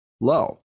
low